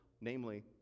Namely